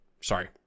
Sorry